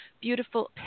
beautiful